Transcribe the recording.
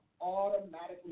automatically